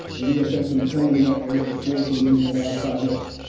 and we had done some planning in that area before. so, we used one of our projects.